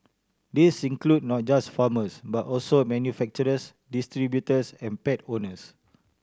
this includes not just farmers but also manufacturers distributors and pet owners